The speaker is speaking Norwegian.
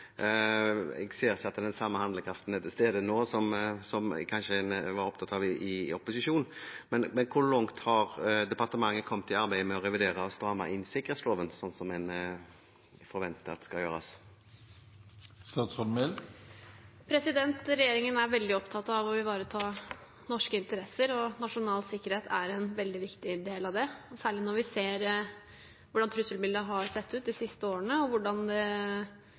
Jeg ser ikke at den samme handlekraften er til stede nå som en kanskje var opptatt av i opposisjon, men hvor langt har departementet kommet i arbeidet med å revidere og stramme inn sikkerhetsloven, noe en forventer at skal gjøres? Regjeringen er veldig opptatt av å ivareta norske interesser, og nasjonal sikkerhet er en veldig viktig del av det, særlig når vi ser hvordan trusselbildet har sett ut de siste årene, og hvordan